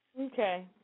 Okay